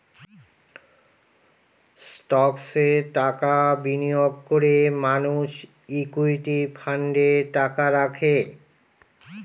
স্টকসে টাকা বিনিয়োগ করে মানুষ ইকুইটি ফান্ডে টাকা রাখে